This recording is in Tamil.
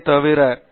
அதை தவிர எது